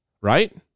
right